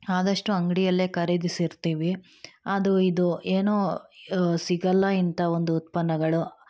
ಆದಷ್ಟು ಅಂಗಡಿಯಲ್ಲೇ ಖರೀದಿಸಿರ್ತೀವಿ ಅದು ಇದು ಏನೋ ಸಿಗಲ್ಲ ಇಂಥ ಒಂದು ಉತ್ಪನ್ನಗಳು